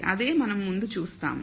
అదే మనం ముందు చూస్తాము